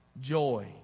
joy